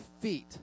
feet